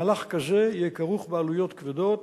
מהלך כזה יהיה כרוך בעלויות כבדות,